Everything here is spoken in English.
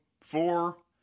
four